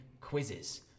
quizzes